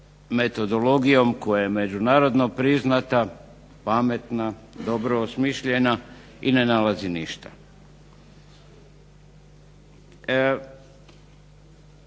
metodologijom koja je međunarodno priznata, pametna, dobro osmišljena i ne nalazi ništa.